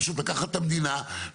פשוט לקחת את המדינה,